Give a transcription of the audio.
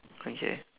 okay